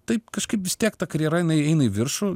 taip kažkaip vis tiek ta karjera jinai eina į viršų